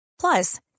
Plus